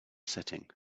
setting